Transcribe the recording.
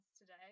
today